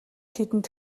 тэдэнд